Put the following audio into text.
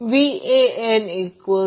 या या फेजसाठी VCNIc असेल